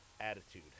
attitude